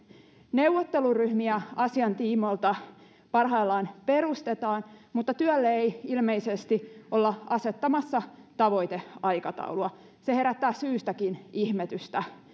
neuvotteluryhmiä asian tiimoilta parhaillaan perustetaan mutta työlle ei ilmeisesti olla asettamassa tavoiteaikataulua se herättää syystäkin ihmetystä